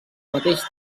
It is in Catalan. mateix